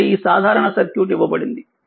కాబట్టిఈ సాధారణ సర్క్యూట్ ఇవ్వబడింది